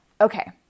Okay